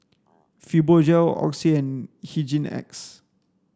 Fibogel Oxy and Hygin X